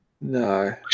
no